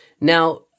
Now